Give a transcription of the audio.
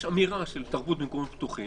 יש אמירה של תרבות במקומות פתוחים.